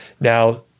Now